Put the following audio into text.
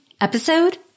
episode